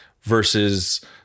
versus